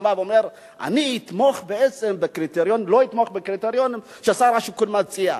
הוא בא ואומר: אני לא אתמוך בקריטריונים ששר השיכון מציע.